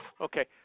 Okay